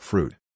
Fruit